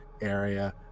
area